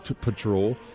patrol